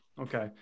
Okay